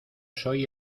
soy